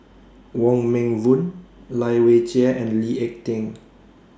Wong Meng Voon Lai Weijie and Lee Ek Tieng